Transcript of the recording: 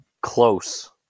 Close